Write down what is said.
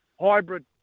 hybrid